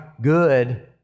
good